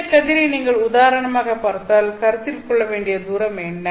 இந்த கதிரை நீங்கள் உதாரணமாகப் பார்த்தால் கருத்தில் கொள்ள வேண்டிய இந்த தூரம் என்ன